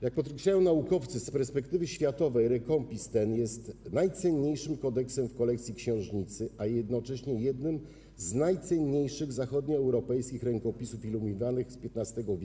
Jak podkreślają naukowcy, z perspektywy światowej rękopis ten jest najcenniejszym kodeksem w kolekcji Książnicy, a jednocześnie jednym z najcenniejszych zachodnioeuropejskich rękopisów iluminowanych z XV w.,